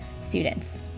students